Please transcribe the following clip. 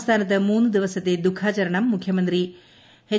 സംസ്ഥാനത്ത് മൂന്നു ദിവസത്തെ ദുഃഖാചരണം മുഖ്യമന്ത്രി എച്ച്